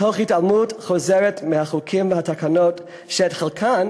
תוך התעלמות חוזרת מהחוקים והתקנות, שאת חלקם